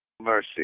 mercy